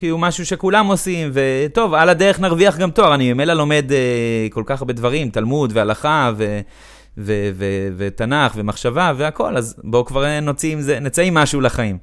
כי הוא משהו שכולם עושים, וטוב, על הדרך נרוויח גם תואר. אני ממלא לומד כל כך הרבה דברים, תלמוד והלכה ותנ״ך ומחשבה והכול, אז בואו כבר נוצאים משהו לחיים.